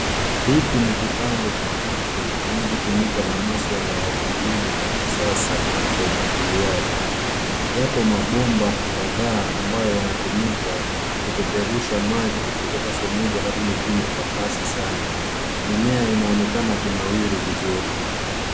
Hiki ni kipande cha ardhi kinachotumika kwa masuala ya ukulima wa kisasa wa umwagiliaji. Yapo mabomba kadhaa ambayo yanatumika kupeperusha maji kutoka sehemu moja hadi nyingine kwa kasi sana. Mimea inaonekana kunawiri vizuri.